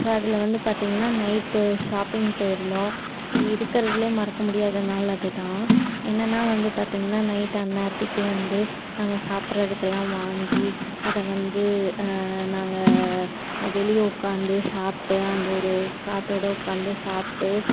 அதில் வந்து பார்த்திங்கனா நைட்டு ஷாப்பிங் போயிருந்தோம் இருக்கிறதலே மறக்க முடியாத நாள் அது தான் என்னன்னா வந்து பார்த்திங்கனா நைட் அந்நேரத்துக்கு வந்து நாங்கள் சாப்பிட்றதுக்கெல்லாம் வாங்கி அதை வந்து நாங்கள் வெளியே உட்காந்து சாப்பிட்டோம் அந்த ஒரு காற்றாட உட்காந்து சாப்பிட்டு